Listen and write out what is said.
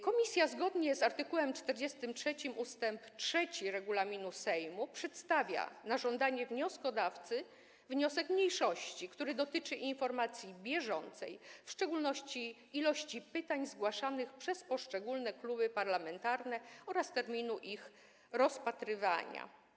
Komisja, zgodnie z art. 43 ust. 3 regulaminu Sejmu, przedstawia na żądanie wnioskodawcy wniosek mniejszości, który dotyczy informacji bieżącej, w szczególności ilości pytań zgłaszanych przez poszczególne kluby parlamentarne oraz terminów ich rozpatrywania.